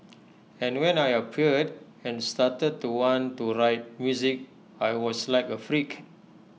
and when I appeared and started to want to write music I was like A freak